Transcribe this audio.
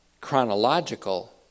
chronological